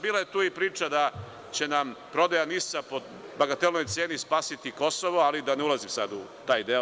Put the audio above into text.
Bilo je i priča da će nam prodaja NIS-a po bagatelnoj ceni spasiti Kosovo, ali da ne ulazim u taj deo.